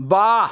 বা